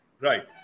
Right